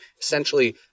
essentially